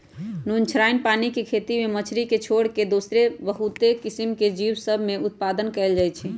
नुनछ्राइन पानी के खेती में मछरी के छोर कऽ दोसरो बहुते किसिम के जीव सभ में उत्पादन कएल जाइ छइ